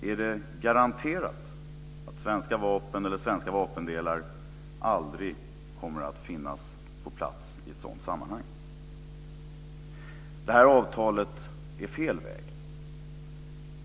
Är det garanterat att svenska vapen eller svenska vapendelar aldrig kommer att finnas på plats i ett sådant sammanhang? Det här avtalet är fel väg.